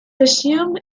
resumed